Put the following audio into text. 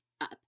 up